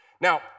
Now